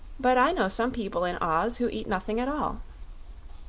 but i know some people in oz who eat nothing at all.